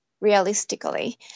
realistically